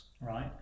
Right